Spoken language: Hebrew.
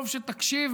טוב שתקשיב,